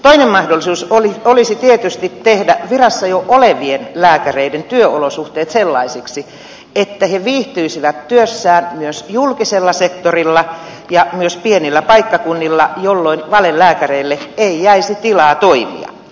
toinen mahdollisuus olisi tietysti tehdä virassa jo olevien lääkäreiden työolosuhteet sellaisiksi että he viihtyisivät työssään myös julkisella sektorilla ja myös pienillä paikkakunnilla jolloin valelääkäreille ei jäisi tilaa toimia